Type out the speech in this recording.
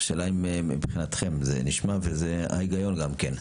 השאלה אם מבחינתכם זה נשמע וההיגיון גם כן.